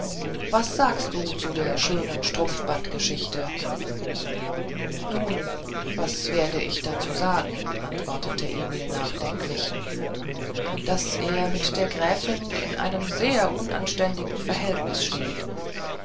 was sagst du zu der schönen strumpfbandgeschichte nun was werde ich dazu sagen antwortete emil nachdenklich daß er mit der gräfin in einem sehr unanständigen verhältnis steht